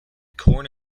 corn